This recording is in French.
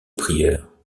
prieur